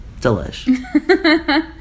Delish